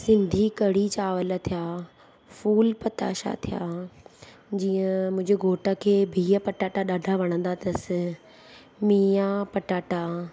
सिंधी कड़ी चावल थिया फूल पताशा थिया जीअं मुंहिंजे घोट खे बिहु पटाटा ॾाढा वणंदा अथसि मेया पटाटा